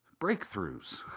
Breakthroughs